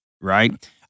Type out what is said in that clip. right